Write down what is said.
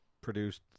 produced